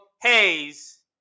Hayes